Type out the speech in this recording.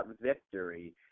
victory